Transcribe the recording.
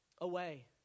away